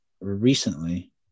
recently